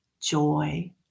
joy